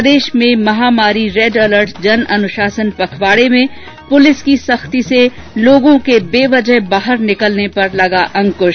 प्रदेश में महामारी red alert जन अनुशासन पखवाडे में पुलिस की सख्ती से लोगों के बेवजह बाहर निकलने पर लगा अंकुश